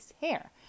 hair